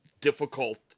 difficult